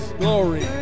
glory